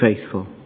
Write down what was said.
faithful